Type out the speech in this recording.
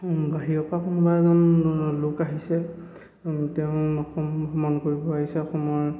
বাহিৰৰ পৰা কোনোবা এজন লোক আহিছে তেওঁ অসম ভ্ৰমণ কৰিব আহিছে অসমৰ